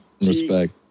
respect